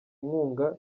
inkunga